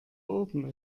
oben